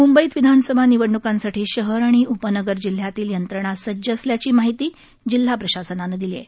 मुंबईत विधानसभा निवडणुकांसाठी शहर आणि उपनगर जिल्ह्यातील यंत्रणा सज्ज असल्याची माहिती जिल्हा प्रशासनान दिली आहे